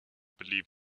believe